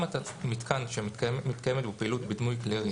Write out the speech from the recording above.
אם אתה מתקן שמתקיימת בו פעילות בדמוי כלי ירייה,